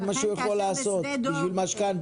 זה מה שהוא יכול לעשות בשביל משכנתא.